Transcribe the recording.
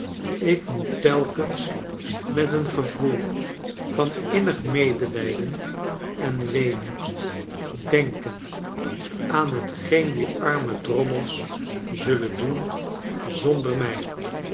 ik moet telkens met een gevoel van innig medelijden en weemoed denken aan hetgeen die arme drommels zullen doen zonder mij